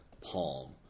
palm